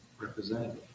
representative